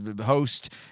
host